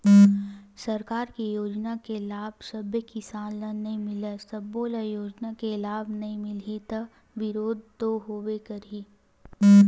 सरकार के योजना के लाभ सब्बे किसान ल नइ मिलय, सब्बो ल योजना के लाभ नइ मिलही त बिरोध तो होबे करही